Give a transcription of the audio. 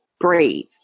breathe